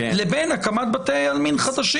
לבין הקמת בתי עלמין חדשים.